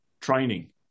training